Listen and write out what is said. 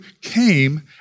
came